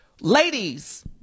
Ladies